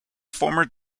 former